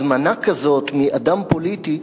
הזמנה כזאת מאדם פוליטי,